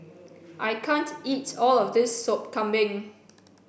I can't eat all of this sop kambing